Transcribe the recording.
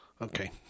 Okay